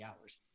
hours